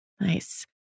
Nice